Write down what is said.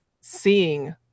seeing